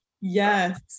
Yes